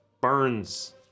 Burns